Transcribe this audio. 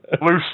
loosely